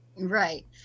right